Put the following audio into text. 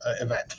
event